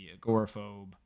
agoraphobe